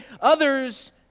others